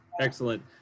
Excellent